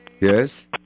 Yes